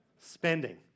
Spending